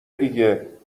دیگه